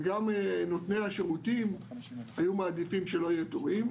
גם נותני השירותים היו מעדיפים שלא יהיו תורים,